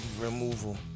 Removal